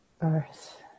earth